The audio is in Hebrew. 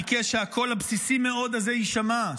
ביקש שהקול הבסיסי מאוד הזה יישמע,